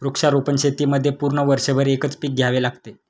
वृक्षारोपण शेतीमध्ये पूर्ण वर्षभर एकच पीक घ्यावे लागते